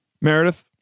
Meredith